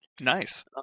Nice